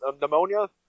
pneumonia